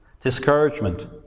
discouragement